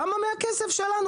למה מהכסף שלנו?